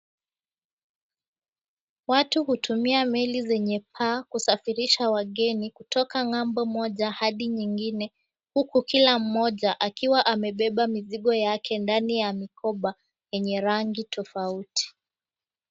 Watu hutumia Meli zenye paa kusafirisha wageni kutoka ng'ambo moja hadi nyingine huku kila mmoja akiwa amebeba mzigo yake ndani ya mikoba yenye rangi tofauti.